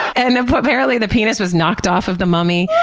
and apparently the penis was knocked off of the mummy.